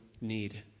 need